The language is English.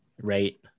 right